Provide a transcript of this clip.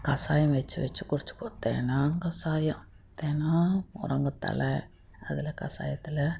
கசாயம் வச்சு வச்சு குடிச்சு கொடுத்தேனா கசாயம் தினம் முருங்க தழை அதில் கசயத்தில்